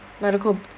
medical